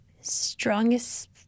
strongest